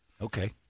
Okay